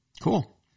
Cool